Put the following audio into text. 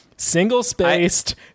Single-spaced